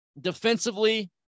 defensively